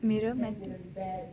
miriam